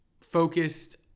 focused